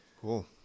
Cool